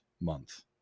month